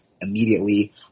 immediately